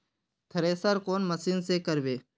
Thresher कौन machine से करबे?